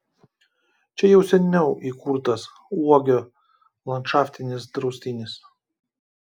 čia jau seniau įkurtas uogio landšaftinis draustinis